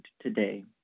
today